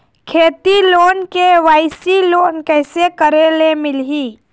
खेती loan KYC loan कइसे करे ले मिलही?